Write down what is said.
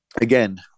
again